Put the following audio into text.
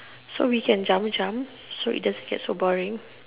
so we can jump jump so it doesn't get so boring